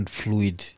fluid